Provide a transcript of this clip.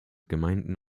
gemeinden